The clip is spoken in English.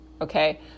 okay